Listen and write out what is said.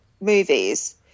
movies